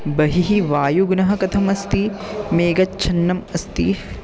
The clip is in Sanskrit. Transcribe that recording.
बहिः वायुगुनः कथम् अस्ति मेगच्छन्नम् अस्ति